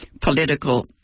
political